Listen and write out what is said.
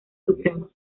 supremo